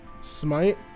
Smite